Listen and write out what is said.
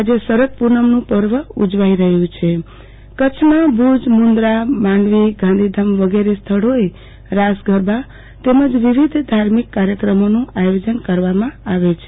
આજે શરદપુનમ પર્વની ઉજવાઈ રહ્યુ છે ત્યારે કચ્છમાં ભુજમુન્દ્રામાંડવીગાંધીધામ વગેરે સ્થળોએ રાસ ગરબા તેમજ વિવિધ ધાર્મિક કાર્યક્રમનું આયોજન કરવામાં આવ્યુ છે